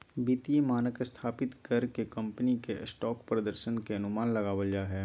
वित्तीय मानक स्थापित कर के कम्पनी के स्टॉक प्रदर्शन के अनुमान लगाबल जा हय